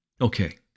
Okay